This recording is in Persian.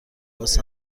باز